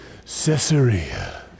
Caesarea